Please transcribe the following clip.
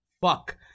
Fuck